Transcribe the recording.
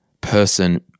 person